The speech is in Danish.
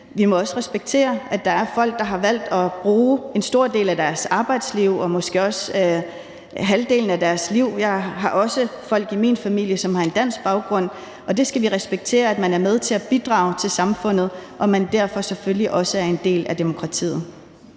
vi må respektere, at der er folk, der har valgt at bruge en stor del af deres arbejdsliv på at bidrage til samfundet, måske halvdelen af deres liv. Der er også folk i min familie, som har en dansk baggrund, og det skal vi respektere, altså at man er med til at bidrage til samfundet, og at man derfor selvfølgelig også er en del af demokratiet.